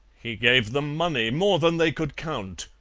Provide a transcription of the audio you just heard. he gave them money, more than they could count,